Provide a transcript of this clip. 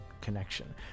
connection